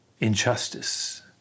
injustice